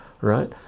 right